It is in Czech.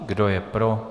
Kdo je pro?